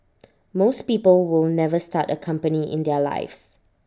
most people will never start A company in their lives